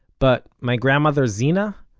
but my grandmother, zena,